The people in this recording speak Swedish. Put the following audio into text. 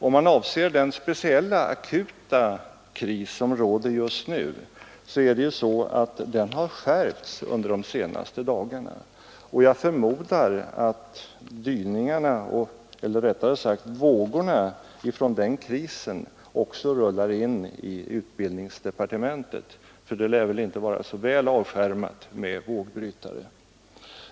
Om han avser den speciella akuta kris som råder just nu, är det ju så att den har skärpts de senaste dagarna. Jag förmodar att vågorna från den krisen också rullar in i utbildningsdepartementet, för det lär inte vara så väl avskärmat med vågbrytare.